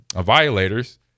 violators